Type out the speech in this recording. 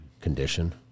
condition